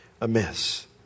amiss